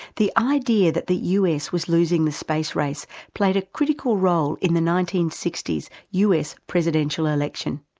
the idea that the us was losing the space race played a critical role in the nineteen sixty s, us presidential election.